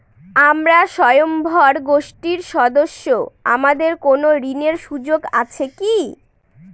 আমরা স্বয়ম্ভর গোষ্ঠীর সদস্য আমাদের কোন ঋণের সুযোগ আছে কি?